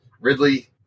Ridley